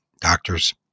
doctors